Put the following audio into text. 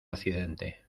accidente